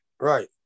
Right